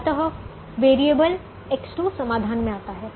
अतः variable X2 समाधान में आता है